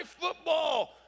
football